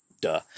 duh